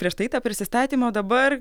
prieš tai tą prisistatymą o dabar